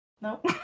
Nope